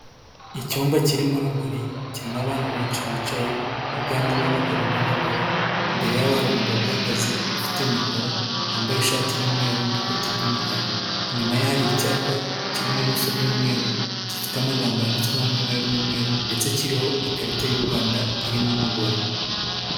Icyumba kirimo urumuri, kirimo abantu benshi bicaye, higanjemo abagabo n'abagore, imbere yabo hari umugabo uhagaze, ufite mikoro, wambaye ishati y'umweru n'ikoti ry'umukara. Inyuma ye hari icyapa kiri mu buso bw'umweru, gifite amagambo yanditsweho mu ibara ry'umweru ndetse kiriho ikarita y'u Rwanda irimo umugore.